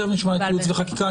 תכף נשמע את ייעוץ וחקיקה.